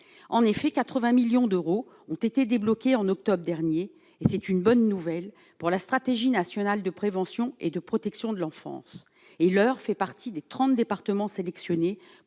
en effet 80 millions d'euros ont été débloqués en octobre dernier et c'est une bonne nouvelle pour la stratégie nationale de prévention et de protection de l'enfance et leur fait partie des 30 départements sélectionnés